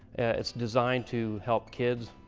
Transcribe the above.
it's designed to help kids